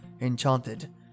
enchanted